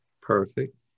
Perfect